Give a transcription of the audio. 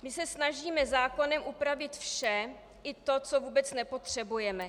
My se snažíme zákonem upravit vše, i to, co vůbec nepotřebujeme.